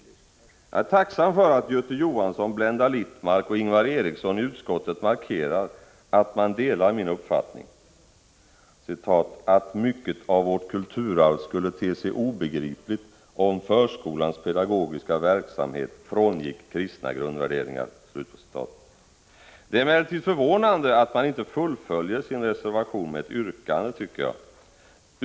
Jag är tacksam för att Göte Jonsson, Blenda Littmarck och Ingvar Eriksson i utskottet markerat att man delar min uppfattning ”att mycket av vårt kulturarv skulle te sig obegripligt om förskolans pedagogiska verksamhet frångick kristna grundvärderingar”. Det är emellertid förvånande att man inte fullföljer sin reservation med ett yrkande, tycker jag.